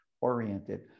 oriented